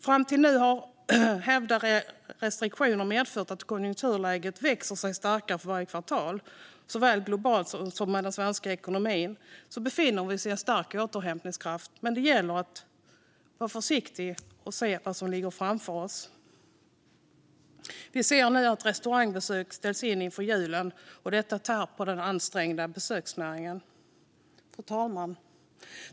Fram till nu har hävda restriktioner medfört att konjunkturläget växer sig starkare för varje kvartal. Såväl globalt som i den svenska ekonomin finns en stark återhämtningskraft, men det gäller att vara försiktig och se vad som ligger framför oss. Vi ser nu att restaurangbesök ställs in inför julen, och detta tär på den ansträngda besöksnäringen. Fru talman!